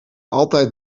altijd